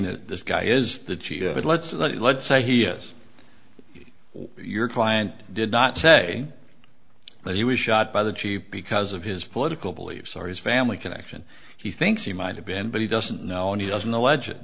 that this guy is the chief but let's let's say he is your client did not say that he was shot by the chief because of his political beliefs or his family connection he thinks he might have been but he doesn't know and he doesn't